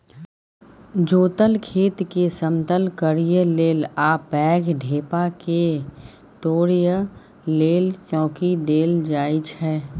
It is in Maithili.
जोतल खेतकेँ समतल करय लेल आ पैघ ढेपाकेँ तोरय लेल चौंकी देल जाइ छै